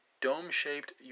dome-shaped